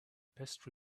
best